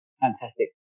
fantastic